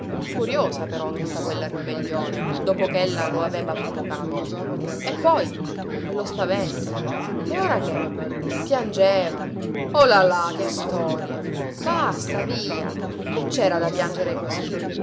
curiosa però tutta quella ribellione dopo ch'ella lo aveva provocato e poi quello spavento e ora che piangeva oh là là che storie basta via che c'era da piangere così